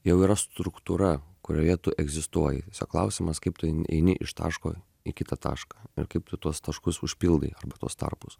jau yra struktūra kurioje tu egzistuoji klausimas kaip tu ein eini iš taško į kitą tašką ir kaip tu tuos taškus užpildai arba tuos tarpus